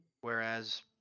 Whereas